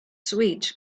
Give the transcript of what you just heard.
switch